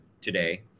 today